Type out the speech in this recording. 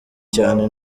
cyane